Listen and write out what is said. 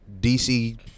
DC